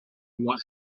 what